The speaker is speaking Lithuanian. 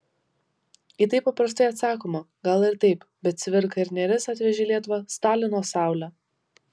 į tai paprastai atsakoma gal ir taip bet cvirka ir nėris atvežė į lietuvą stalino saulę